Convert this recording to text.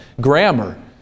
grammar